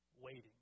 waiting